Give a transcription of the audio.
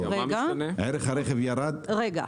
רגע.